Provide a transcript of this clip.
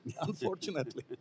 unfortunately